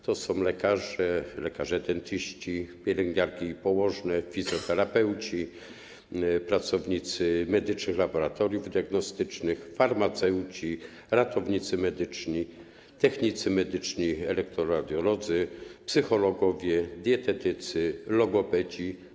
To są lekarze, lekarze dentyści, pielęgniarki i położne, fizjoterapeuci, pracownicy medycznych laboratoriów diagnostycznych, farmaceuci, ratownicy medyczni, technicy medyczni, elektroradiolodzy, psychologowie, dietetycy, logopedzi.